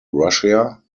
russia